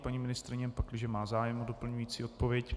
Paní ministryně, pakliže má zájem o doplňující odpověď.